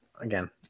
again